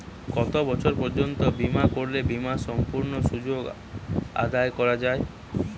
কত বছর পর্যন্ত বিমা করলে বিমার সম্পূর্ণ সুযোগ আদায় করা য়ায়?